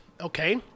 okay